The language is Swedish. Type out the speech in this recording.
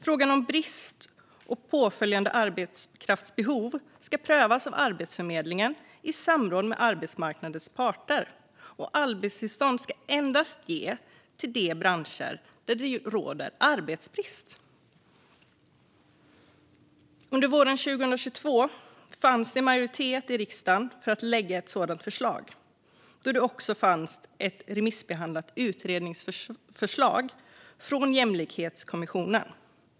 Frågan om brist och påföljande arbetskraftsbehov ska prövas av Arbetsförmedlingen i samråd med arbetsmarknadens parter, och arbetstillstånd ska endast ges till de branscher där det råder arbetskraftsbrist. Under våren 2022 fanns det en majoritet i riksdagen för att lägga fram ett sådant förslag då det också fanns ett remissbehandlat utredningsförslag från Jämlikhetskommissionen.